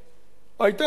היתה לו עצה